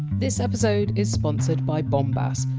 this episode is sponsored by bombas,